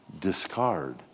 discard